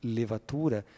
levatura